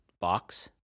box